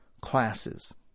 classes